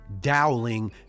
Dowling